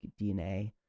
dna